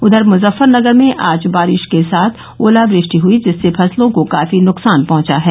उधर मुजफ्फरनगर में आज बारिश के साथ ओलावृष्टि हयी जिससे फसलों को काफी नुकसान पहुंचा है